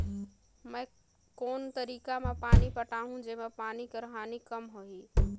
मैं कोन तरीका म पानी पटाहूं जेमा पानी कर हानि कम होही?